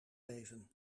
even